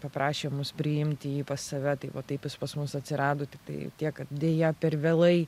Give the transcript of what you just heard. paprašė mus priimti jį pas save tai va taip jis pas mus atsirado tiktai tiek kad deja per vėlai